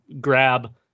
grab